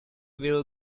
will